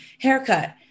haircut